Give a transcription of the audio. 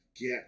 get